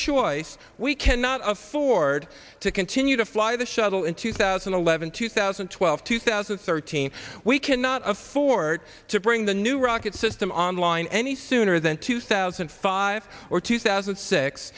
choice we cannot afford to continue to fly the shuttle in two thousand and eleven two thousand and twelve two thousand and thirteen we cannot afford to bring the new rocket system on line any sooner than two thousand and five or two thousand